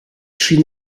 she